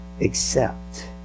accept